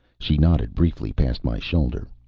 she nodded briefly past my shoulder.